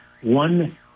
one